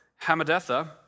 Hamadetha